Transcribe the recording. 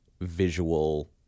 visual